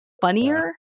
funnier